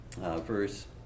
verse